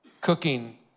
cooking